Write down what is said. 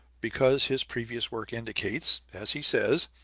because his previous work indicates, as he says,